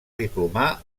diplomar